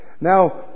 Now